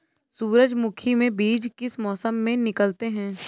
सूरजमुखी में बीज किस मौसम में निकलते हैं?